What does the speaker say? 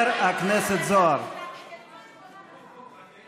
נא לסכם את הדיון.